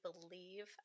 believe